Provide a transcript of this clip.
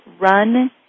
run